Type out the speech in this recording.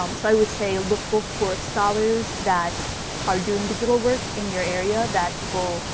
um so i would say, look both for scholars that are doing digital work in your area that people